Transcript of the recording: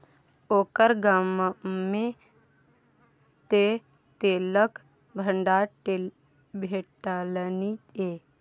ओकर गाममे तँ तेलक भंडार भेटलनि ये